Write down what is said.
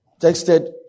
Texted